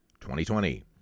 2020